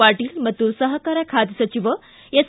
ಪಾಟೀಲ್ ಮತ್ತು ಸಹಕಾರ ಖಾತೆ ಸಚಿವ ಎಸ್